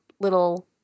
little